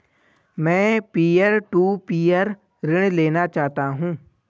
मैं peer to peer ऋण लेना चाहता हूँ